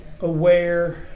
aware